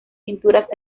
pinturas